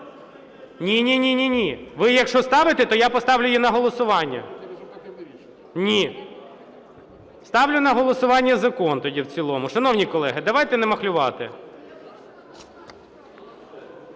Ні, ні, ви якщо ставите, то я поставлю її на голосування. Ні. Ставлю на голосування закон тоді в цілому. Шановні колеги, давайте не махлювати.